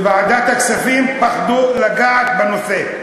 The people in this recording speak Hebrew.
בוועדת הכספים פחדו לגעת בנושא.